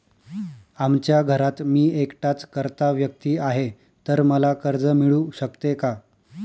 आमच्या घरात मी एकटाच कर्ता व्यक्ती आहे, तर मला कर्ज मिळू शकते का?